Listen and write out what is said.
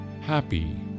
happy